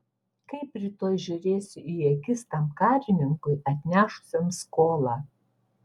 kaip rytoj žiūrėsiu į akis tam karininkui atnešusiam skolą